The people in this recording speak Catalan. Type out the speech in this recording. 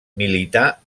milità